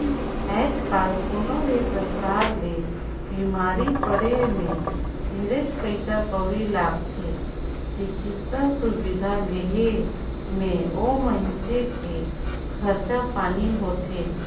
आयज कायल कोनो भी परकार ले बिमारी पड़े मे ढेरेच पइसा कउड़ी लागथे, चिकित्सा सुबिधा लेहे मे ओ मइनसे के खरचा पानी होथे